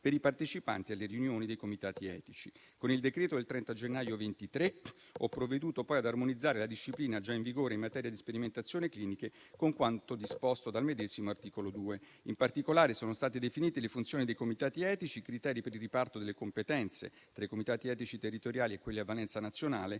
per i partecipanti alle riunioni dei comitati etici. Con il decreto del 30 gennaio 2023 ho provveduto poi ad armonizzare la disciplina già in vigore in materia di sperimentazioni cliniche con quanto disposto dal medesimo articolo 2. In particolare sono state definite le funzioni dei comitati etici, i criteri per il riparto delle competenze tra i comitati etici territoriali e quelli a valenza nazionale,